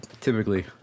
typically